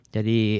Jadi